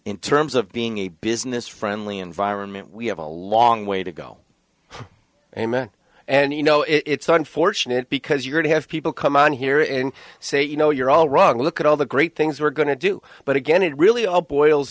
in terms of being a business friendly environment we have a long way to go and you know it's unfortunate because you're to have people come on here in say you know you're all wrong look at all the great things we're going to do but again it really all boils